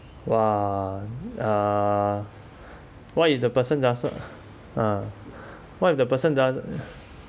!wah! uh what if the person doesn't what if the person doesn't